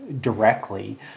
directly